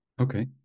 Okay